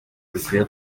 bikwiye